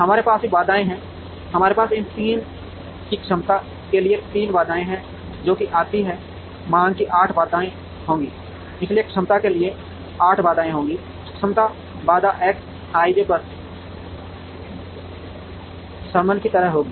हमारे पास भी बाधाएं हैं हमारे पास इन 3 की क्षमता के लिए 3 बाधाएं हैं जो कि आती हैं मांग की 8 बाधाएं होंगी इसलिए क्षमता के लिए 3 बाधाएं होंगी क्षमता बाधा एक्स आईजे पर समन की तरह होगी